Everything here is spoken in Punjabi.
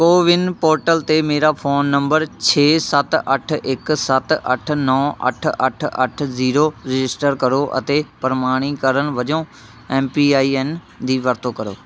ਕੋਵਿਨ ਪੋਰਟਲ 'ਤੇ ਮੇਰਾ ਫ਼ੋਨ ਨੰਬਰ ਛੇ ਸੱਤ ਅੱਠ ਇੱਕ ਸੱਤ ਅੱਠ ਨੌ ਅੱਠ ਅੱਠ ਅੱਠ ਜ਼ੀਰੋ ਰਜਿਸਟਰ ਕਰੋ ਅਤੇ ਪ੍ਰਮਾਣੀਕਰਨ ਵਜੋਂ ਐੱਮ ਪੀ ਆਈ ਐੱਨ ਦੀ ਵਰਤੋ ਕਰੋ